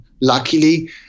luckily